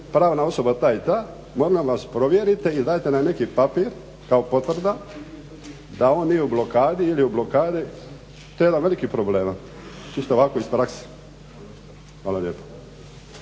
pravna osoba ta i ta, molim vas provjerite i dajte nam neki papir kao potvrda da on nije u blokadi ili je u blokadi, to je jedan od velikih problema, čisto ovako iz prakse. Hvala lijepo.